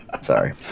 Sorry